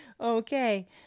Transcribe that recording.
Okay